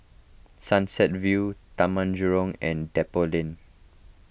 Sunset View Taman Jurong and Depot Lane